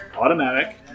automatic